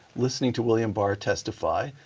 listening to william barr testify,